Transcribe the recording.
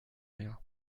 rien